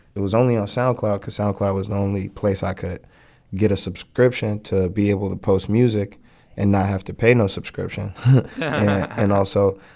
it was only on soundcloud because soundcloud was the only place i could get a subscription to be able to post music and not have to pay no subscription and also,